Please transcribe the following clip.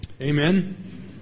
Amen